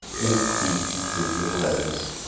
it is a quaint and crude little edifice,